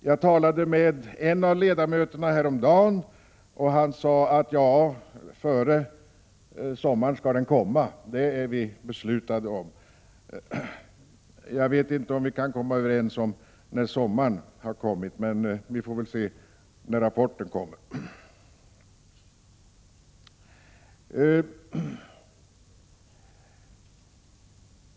Jag talade med en av ledamöterna häromdagen. Han sade: Före sommaren skall den komma — det är vi fast beslutna om. Jag vet inte om vi kan komma överens om när sommaren har kommit, men vi får väl se när rapporten kommer.